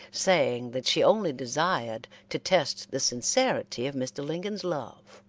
saying that she only desired to test the sincerity of mr. lincoln's love,